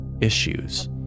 Issues